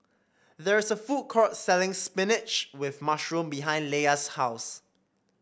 there is a food court selling spinach with mushroom behind Leia's house